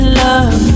love